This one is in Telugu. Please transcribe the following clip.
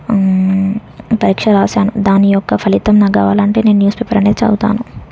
పరీక్ష వ్రాసాను దాని యొక్క ఫలితం నాకు కావాలంటే నేను న్యూస్పేపర్ అనేది చదువుతాను